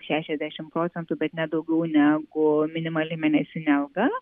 šešiasdešim procentų bet ne daugiau negu minimali mėnesinė alga